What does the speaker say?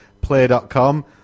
Play.com